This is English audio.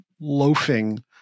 loafing